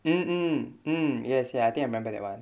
mm mm mm yes ya I think I remember that one